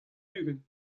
ugent